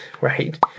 Right